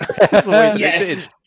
Yes